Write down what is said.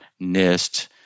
NIST